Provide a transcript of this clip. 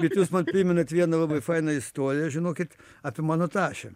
bet jūs man primenat vieną labai fainai istuoriją žinokit apie mano tašę